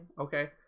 Okay